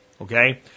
Okay